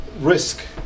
risk